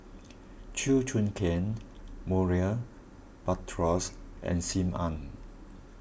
Chew Choo Keng Murray Buttrose and Sim Ann